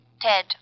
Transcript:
Ted